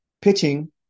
Pitching